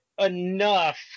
enough